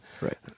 Right